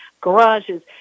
garages